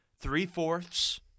three-fourths